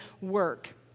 work